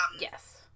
yes